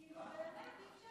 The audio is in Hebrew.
פנינה,